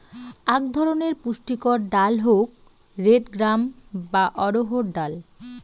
আক ধরণের পুষ্টিকর ডাল হউক রেড গ্রাম বা অড়হর ডাল